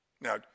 Now